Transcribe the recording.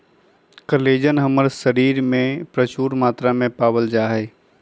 collagen हमर शरीर में परचून मात्रा में पावल जा हई